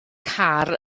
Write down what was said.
car